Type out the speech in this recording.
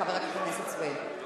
חבר הכנסת סוייד.